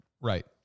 Right